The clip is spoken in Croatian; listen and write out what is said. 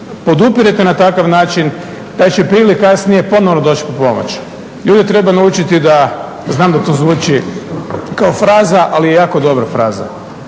podupirete na taj način taj će prije ili kasnije ponovno doći po pomoć. Ljude treba naučiti da, znam da to zvuči kao fraza, ali je jako dobra fraza,